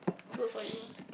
good for you lah